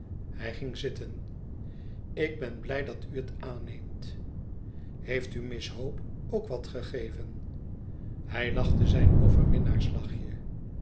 hij ging zitten ik ben blij dat u het aanneemt heeft u miss hope ook wat gegeven hij lachte zijn